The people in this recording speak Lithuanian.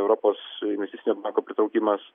europos investicinio banko pritraukimas